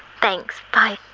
thanks, bye.